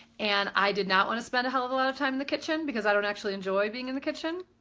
and i did not want to spend a hell of a lot of time in the kitchen because i don't actually enjoy being in the kitchen.